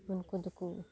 ᱩᱱᱠᱩ ᱫᱚᱠᱚ